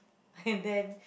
and then